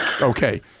Okay